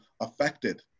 affected